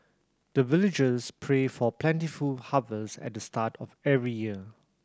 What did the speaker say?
the villagers pray for plentiful harvest at the start of every year